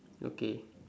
okay